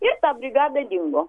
ir ta brigada dingo